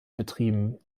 betrieben